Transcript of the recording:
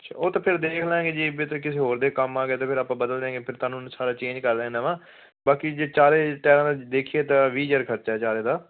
ਅੱਛਾ ਉਹ ਤਾਂ ਫੇਰ ਦੇਖ ਲਾਂਗੇ ਜੇ ਕਿਤੇ ਹੋਰ ਦੇ ਕੰਮ ਆ ਗਏ ਤਾਂ ਫੇਰ ਆਪਾਂ ਬਦਲ ਦਿਆਂਗੇ ਫੇਰ ਤੁਹਨੂੰ ਸਾਰੇ ਚੇਂਜ ਕਰ ਦਿਆਂਗੇ ਨਵਾਂ ਬਾਕੀ ਜੇ ਚਾਰੇ ਟੈਰ ਦੇਖੀਏ ਤਾਂ ਵੀਹ ਹਜਾਰ ਖਰਚਾ ਚਾਰੇ ਦਾ